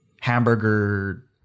Hamburger